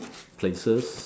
places